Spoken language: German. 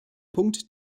punkt